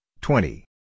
twenty